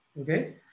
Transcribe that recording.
okay